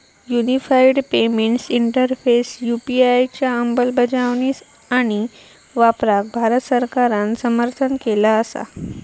unified payments interface UPI च्या अंमलबजावणी आणि वापराक भारत सरकारान समर्थन केला असा